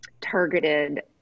targeted